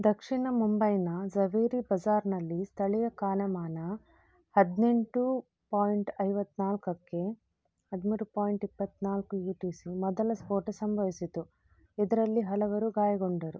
ದಕ್ಷಿಣ ಮುಂಬೈನ ಜವೇರಿ ಬಜಾರ್ನಲ್ಲಿ ಸ್ಥಳೀಯ ಕಾಲಮಾನ ಹದಿನೆಂಟು ಪಾಯಿಂಟ್ ಐವತ್ತು ನಾಲ್ಕಕ್ಕೆ ಹದಿಮೂರು ಪಾಯಿಂಟ್ ಇಪ್ಪತ್ತು ನಾಲ್ಕಕ್ಕೆ ಯು ಟಿ ಸಿ ಮೊದಲ ಸ್ಫೋಟ ಸಂಭವಿಸಿತು ಇದರಲ್ಲಿ ಹಲವರು ಗಾಯಗೊಂಡರು